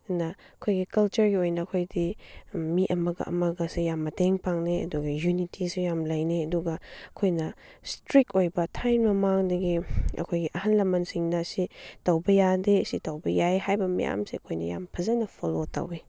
ꯑꯗꯨꯅ ꯑꯩꯈꯣꯏꯒꯤ ꯀꯜꯆꯔꯒꯤ ꯑꯣꯏꯅ ꯑꯩꯈꯣꯏꯗꯤ ꯃꯤ ꯑꯃꯒ ꯑꯃꯒꯁꯦ ꯌꯥꯝ ꯃꯇꯦꯡ ꯄꯥꯡꯅꯩ ꯑꯗꯨꯒ ꯌꯨꯅꯤꯇꯤꯁꯨ ꯌꯥꯝ ꯂꯩꯅꯩ ꯑꯗꯨꯒ ꯑꯩꯈꯣꯏꯅ ꯏꯁꯇ꯭ꯔꯤꯛ ꯑꯣꯏꯕ ꯊꯥꯏꯅ ꯃꯃꯥꯡꯗꯒꯤ ꯑꯩꯈꯣꯏꯒꯤ ꯑꯍꯜ ꯂꯃꯟꯁꯤꯡꯗ ꯁꯤ ꯇꯧꯕ ꯌꯥꯗꯦ ꯁꯤ ꯇꯧꯕ ꯌꯥꯏ ꯍꯥꯏꯕ ꯃꯌꯥꯝꯁꯦ ꯑꯩꯈꯣꯏꯅ ꯌꯥꯝ ꯐꯖꯅ ꯐꯣꯜꯂꯣ ꯇꯧꯏ